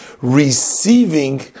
receiving